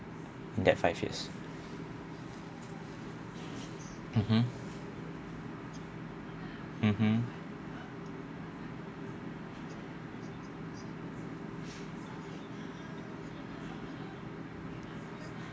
that five years mmhmm mmhmm